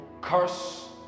curse